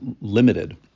limited